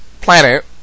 planet